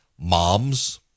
moms